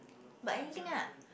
but anything lah